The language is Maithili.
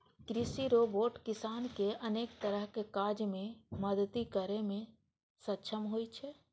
कृषि रोबोट किसान कें अनेक तरहक काज मे मदति करै मे सक्षम होइ छै